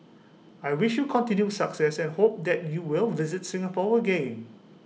I wish you continued success and hope that you will visit Singapore again